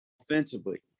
offensively